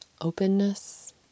Openness